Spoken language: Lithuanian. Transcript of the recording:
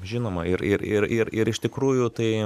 žinoma ir ir ir ir ir iš tikrųjų tai